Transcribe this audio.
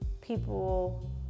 people